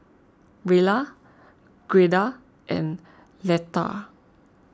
Rella Gerda and Leatha